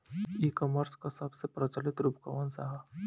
E commerce क सबसे प्रचलित रूप कवन सा ह?